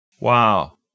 Wow